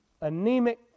anemic